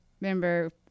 remember